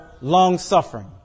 long-suffering